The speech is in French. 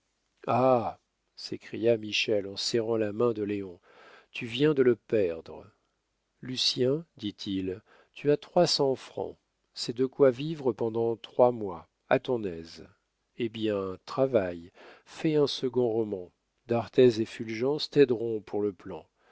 s'écria michel en serrant la main de léon tu viens de le perdre lucien dit-il tu as trois cents francs c'est de quoi vivre pendant trois mois à ton aise eh bien travaille fais un second roman d'arthez et fulgence t'aideront pour le plan